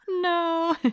No